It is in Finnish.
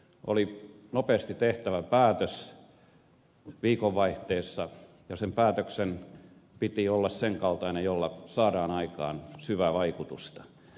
oli nopeasti tehtävä päätös viikonvaihteessa ja sen päätöksen piti olla sen kaltainen jolla saadaan aikaan syvää vaikutusta